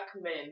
men